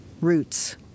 roots